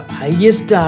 highest